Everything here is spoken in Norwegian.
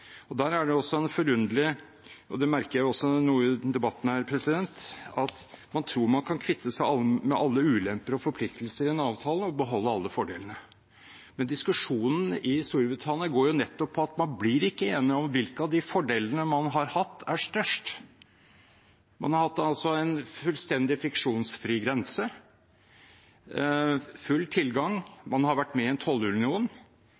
Det er forunderlig – og det merker jeg også i noe av denne debatten – at man tror man kan kvitte seg med alle ulemper og forpliktelser i en avtale og beholde alle fordelene. Diskusjonen i Storbritannia går nettopp på at man ikke blir enig om hvilke av fordelene man har hatt, som er størst. Man har hatt en fullstendig friksjonsfri grense, full tilgang, man har vært med i en tollunion,